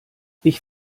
ich